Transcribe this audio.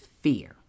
fear